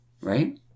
right